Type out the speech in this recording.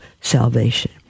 salvation